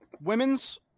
women's